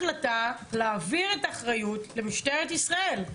החלטה להעביר את האחריות למשטרת ישראל.